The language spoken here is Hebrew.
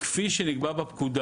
כפי שנקבע בפקודה.